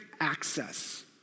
access